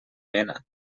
mena